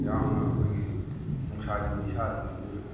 ꯌꯥꯝꯅ ꯑꯩꯈꯣꯏꯒꯤ ꯅꯨꯡꯁꯥꯒꯤ ꯃꯩꯁꯥꯁꯤꯡꯁꯤꯅ